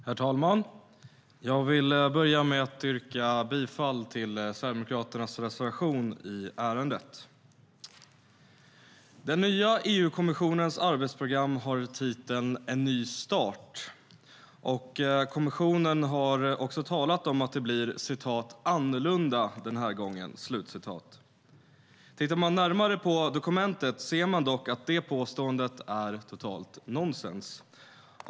Herr talman! Jag vill börja med att yrka bifall till Sverigedemokraternas reservation i ärendet. Den nya EU-kommissionens arbetsprogram har titeln En ny startTittar man närmare på dokumentet ser man dock att det påståendet är totalt nonsens.